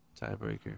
tiebreaker